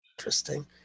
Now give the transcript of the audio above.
interesting